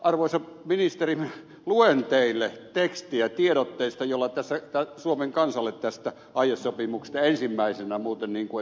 arvoisa ministeri luen teille tekstiä tiedotteesta jolla suomen kansalle tästä aiesopimuksesta ensimmäisenä muuten niin kuin ed